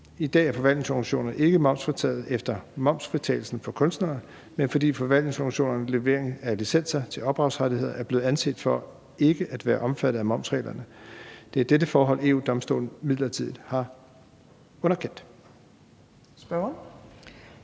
I dag er forvaltningsorganisationerne ikke momsfritaget efter momsfritagelsen for kunstnere, men fordi forvaltningsorganisationernes levering af licenser til ophavsrettigheder er blevet anset for ikke at være omfattet af momsreglerne. Det er dette forhold, EU-Domstolen midlertidigt har underkendt. Kl.